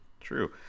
True